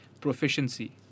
proficiency